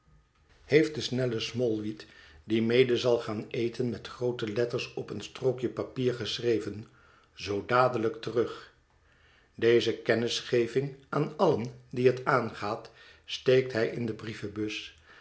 smallweed die mede zal gaan eten met groote letters op een strookje papier geschreven zoo dadelijk terug deze kennisgeving aan allen die het aangaat steekt hij in de brievenbus